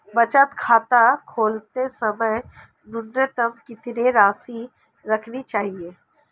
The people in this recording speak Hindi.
बचत खाता खोलते समय न्यूनतम कितनी राशि रखनी चाहिए?